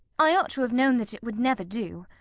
i ought to have known that it would never do